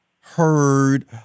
heard